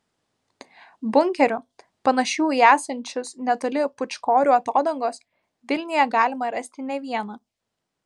bunkerių panašių į esančius netoli pūčkorių atodangos vilniuje galima rasti ne vieną